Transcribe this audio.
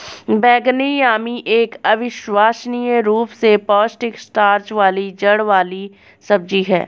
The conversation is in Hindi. बैंगनी यामी एक अविश्वसनीय रूप से पौष्टिक स्टार्च वाली जड़ वाली सब्जी है